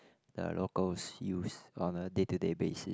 the locals use on a day to day basis